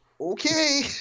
okay